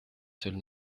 seules